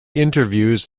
interviews